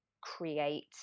create